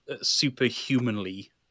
Superhumanly